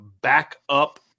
backup